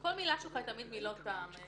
כל מילה שלך היא תמיד מילות טעם.